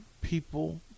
people